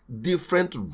different